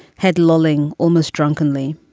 head lolling almost drunkenly,